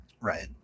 Right